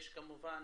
יש כמובן